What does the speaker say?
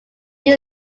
this